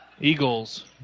Eagles